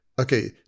okay